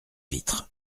vitres